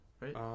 right